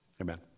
Amen